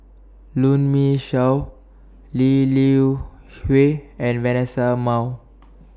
Runme Shaw Lee Liu Hui and Vanessa Mae